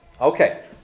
Okay